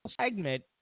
segment